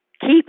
keep